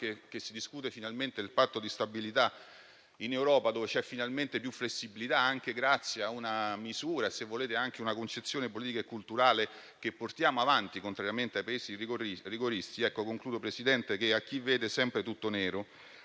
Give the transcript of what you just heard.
che si discute finalmente del Patto di stabilità in Europa, dove c'è finalmente più flessibilità, anche grazie a una misura e, se volete, anche a una concezione politica e culturale che portiamo avanti, contrariamente ai Paesi rigoristi. In conclusione, Presidente, a chi vede sempre tutto nero,